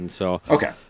Okay